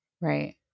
Right